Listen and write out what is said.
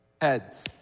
Heads